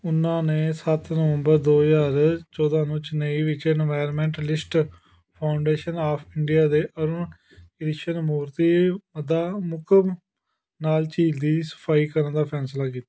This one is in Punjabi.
ਉਨ੍ਹਾਂ ਨੇ ਸੱਤ ਨਵੰਬਰ ਦੋ ਹਜ਼ਾਰ ਚੌਦਾਂ ਨੂੰ ਚੇਨਈ ਵਿੱਚ environmentalist foundation of India ਦੇ ਅਰੁਣ ਕ੍ਰਿਸ਼ਨਮੂਰਤੀ ਮਦਾਮੁਕਮ ਨਾਲ ਝੀਲ ਦੀ ਸਫ਼ਾਈ ਕਰਨ ਦਾ ਫੈਸਲਾ ਕੀਤਾ